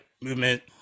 movement